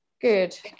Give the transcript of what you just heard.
Good